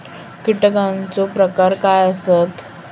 कीटकांचे प्रकार काय आसत?